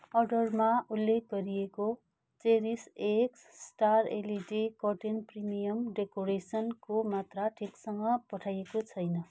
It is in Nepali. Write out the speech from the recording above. अर्डरमा उल्लेख गरिएको चेरिस x star LED curtain premium डेकोरेसनको मात्रा ठिकसँग पठाइएको छैन